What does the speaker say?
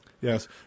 Yes